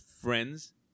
Friends